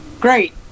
Great